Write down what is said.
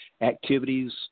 Activities